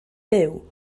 byw